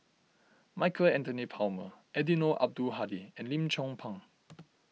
Michael Anthony Palmer Eddino Abdul Hadi and Lim Chong Pang